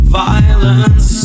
violence